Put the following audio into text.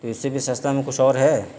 تو اس سے بھی سستا میں کچھ اور ہے